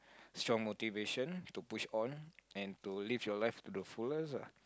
strong motivation to push on and to life your live to the fullest lah